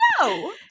no